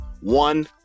one